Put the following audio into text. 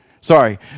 Sorry